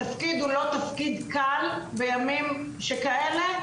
התפקיד הוא לא תפקיד קל בימים שכאלה.